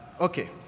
Okay